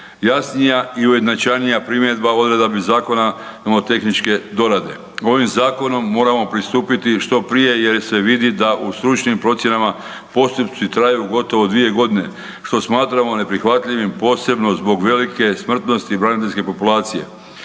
jasnija i ujednačenija primjedba odredbi zakona nomotehničke dorade. Ovim zakonom moramo pristupiti što prije jer se vidi da u stručnim procjenama postupci traju gotovo dvije godine, što smatramo neprihvatljivim posebno zbog velike smrtnosti braniteljske populacije.